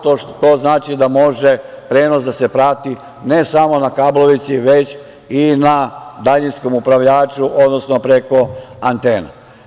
To znači da može prenos da se prati ne samo na kablovici, već i na daljinskom upravljaču, odnosno preko antena.